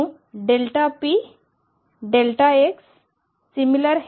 మనం px∼h